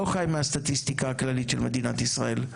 לא חיי מהסטטיקה הכללית של מדינת ישראל,